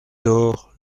torts